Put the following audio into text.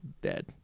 dead